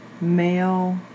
male